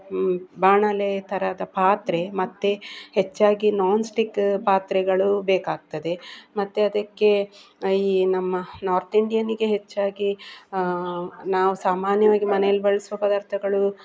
ಬಾಣಲೆ ಥರದ ಪಾತ್ರೆ ಮತ್ತು ಹೆಚ್ಚಾಗಿ ನೋನ್ ಸ್ಟಿಕ್ ಪಾತ್ರೆಗಳು ಬೇಕಾಗ್ತದೆ ಮತ್ತು ಅದಕ್ಕೆ ಈ ನಮ್ಮ ನಾರ್ತ್ ಇಂಡಿಯನಿಗೆ ಹೆಚ್ಚಾಗಿ ನಾವು ಸಾಮಾನ್ಯವಾಗಿ ಮನೆಯಲ್ಲಿ ಬಳಸುವ ಪದಾರ್ಥಗಳು